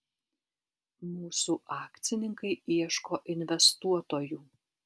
mūsų akcininkai ieško investuotojų